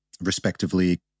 respectively